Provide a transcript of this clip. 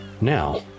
Now